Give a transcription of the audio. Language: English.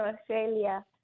australia